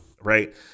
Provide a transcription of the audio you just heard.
Right